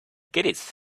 gets